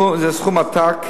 זה סכום עתק,